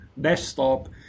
desktop